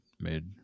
made